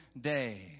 day